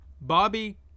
Bobby